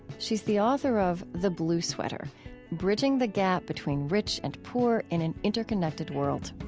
she's the author of the blue sweater bridging the gap between rich and poor in an interconnected world